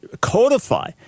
codify